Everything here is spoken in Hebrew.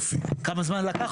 כמה זמן זה לקח?